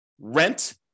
rent